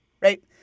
right